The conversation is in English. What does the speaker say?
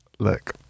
Look